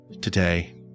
today